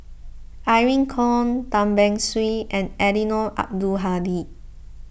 Irene Khong Tan Beng Swee and Eddino Abdul Hadi